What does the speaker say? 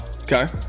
Okay